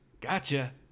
Gotcha